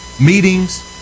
meetings